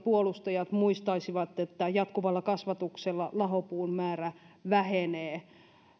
puolustajat muistaisivat että jatkuvalla kasvatuksella lahopuun määrä vähenee